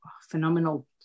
phenomenal